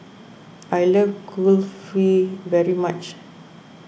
I love Kulfi very much